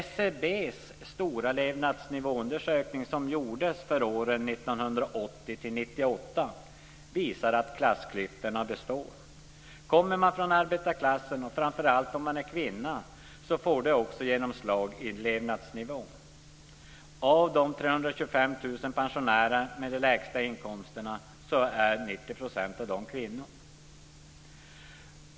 SCB:s stora levnadsnivåundersökning som gjorts för åren 1980-1998 visar att klassklyftorna består. För dem som kommer från arbetarklassen, framför allt för kvinnor, får detta genomslag i levnadsnivån. Av de 325 000 pensionärerna med de lägsta inkomsterna är 90 % kvinnor.